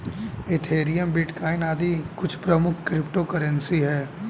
Ethereum, bitcoin आदि कुछ प्रमुख क्रिप्टो करेंसी है